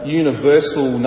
universal